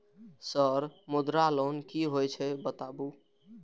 Sir Mudra loan की हे छे बताबू?